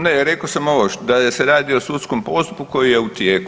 Ne rekao sam ovo da se radi o sudskom postupku koji je tijeku.